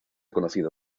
conocido